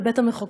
בבית-המחוקקים?